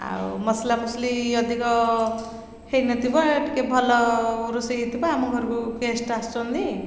ଆଉ ମସ୍ଲାମସ୍ଲି ଅଧିକ ହେଇନଥିବ ଟିକେ ଭଲ ରୋଷେଇ ହେଇଥିବ ଆମ ଘରକୁ ଗେଷ୍ଟ୍ ଆସୁଛନ୍ତି